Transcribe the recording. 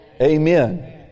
Amen